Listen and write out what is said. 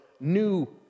new